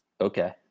Okay